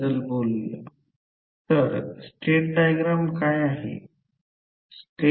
तर ∅ Fm ते 500 ampere turn आहे